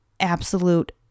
absolute